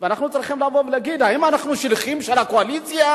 אנחנו צריכים לבוא ולהגיד: האם אנחנו שליחים של הקואליציה,